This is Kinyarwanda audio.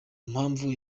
mpamvu